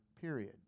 period